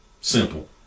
Simple